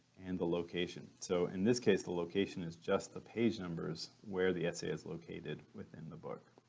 and the location, so in this case the location is just the page numbers where the essay is located within the book.